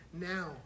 now